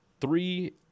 three